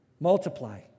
Multiply